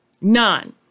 none